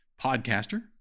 podcaster